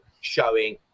showing